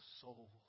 soul